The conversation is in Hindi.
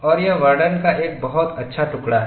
और यह वर्णन का एक बहुत अच्छा टुकड़ा है